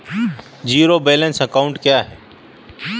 Zero balance account क्या है?